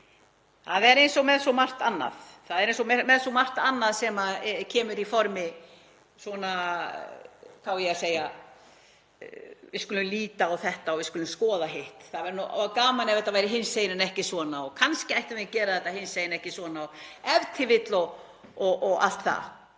Það er eins og með svo margt annað sem kemur í formi svona, hvað á ég að segja, við skulum líta á þetta og við skulum skoða hitt. Það væri nú gaman ef þetta væri hinsegin en ekki svona og kannski ættum við að gera þetta hinsegin, ekki svona, e.t.v. og allt það.